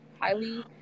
Highly